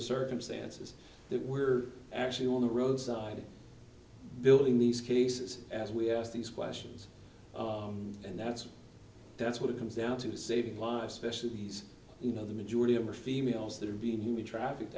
the circumstances that were actually on the roadside bill in these cases as we ask these questions and that's that's what it comes down to saving lives especially these you know the majority of the females that are being human traffic